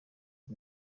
ati